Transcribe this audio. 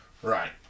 Right